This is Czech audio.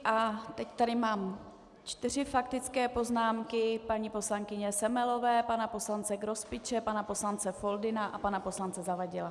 A teď tady mám čtyři faktické poznámky: paní poslankyně Semelové, pana poslance Grospiče, pana poslance Foldyny a pana poslance Zavadila.